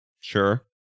sure